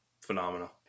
phenomenal